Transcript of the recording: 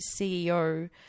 CEO